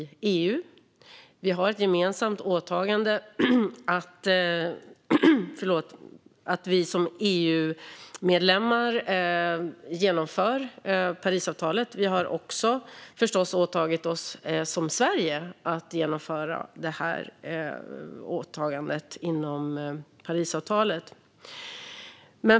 Som EU-land har vi ett gemensamt åtagande att genomföra Parisavtalet, och även som Sverige har vi förstås åtagit oss att genomföra detta åtagande inom Parisavtalet.